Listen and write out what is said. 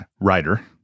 writer